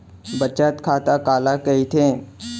बचत खाता काला कहिथे?